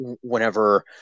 whenever